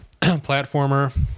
platformer